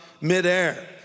midair